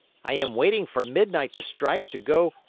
i am waiting for midnight to strike to go